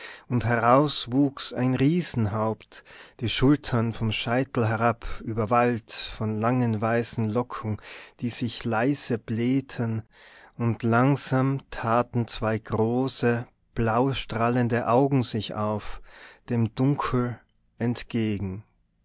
und heraus wuchs ein riesenhaupt die schultern vom scheitel herab überwallt von langen weißen locken die sich leise blähten und langsam taten zwei große blaustrahlende augen sich auf dem dunkel entgegen